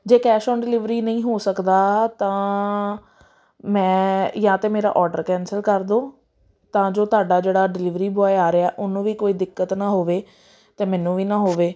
ਜੇ cash on delivery ਨਹੀਂ ਹੋ ਸਕਦਾ ਤਾਂ ਮੈਂ ਜਾਂ ਤਾਂ ਮੇਰਾ ਔਡਰ ਕੈਂਸਲ ਕਰ ਦਿਓ ਤਾਂ ਜੋ ਤੁਹਾਡਾ ਜਿਹੜਾ ਡਿਲੀਵਰੀ ਬੋਆਏ ਆ ਰਿਹਾ ਉਹਨੂੰ ਵੀ ਕੋਈ ਦਿੱਕਤ ਨਾ ਹੋਵੇ ਅਤੇ ਮੈਨੂੰ ਵੀ ਨਾ ਹੋਵੇ